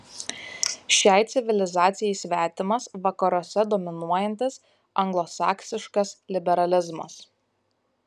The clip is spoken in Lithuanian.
šiai civilizacijai svetimas vakaruose dominuojantis anglosaksiškas liberalizmas